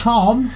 Tom